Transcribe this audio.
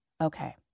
okay